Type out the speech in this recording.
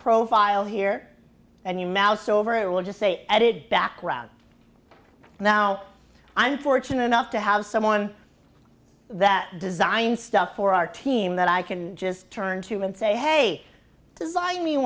profile here and you mouse over it will just say add it back around now i'm fortunate enough to have someone that design stuff for our team that i can just turn to him and say hey design me